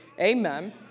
Amen